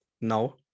No